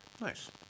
Nice